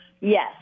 yes